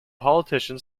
politician